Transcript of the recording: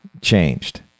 changed